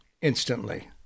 instantly